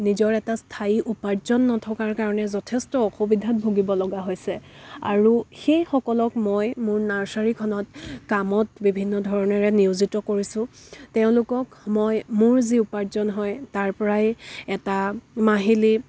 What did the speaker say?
নিজৰ এটা স্থায়ী উপাৰ্জন নথকাৰ কাৰণে যথেষ্ট অসুবিধাত ভূগিব লগা হৈছে আৰু সেইসকলক মই মোৰ নাৰ্চাৰীখনত কামত বিভিন্ন ধৰণৰে নিয়োজিত কৰিছোঁ তেওঁলোকক মই মোৰ যি উপাৰ্জন হয় তাৰপৰাই এটা মাহিলী